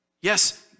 Yes